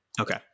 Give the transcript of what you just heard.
okay